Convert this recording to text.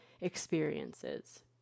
experiences